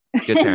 good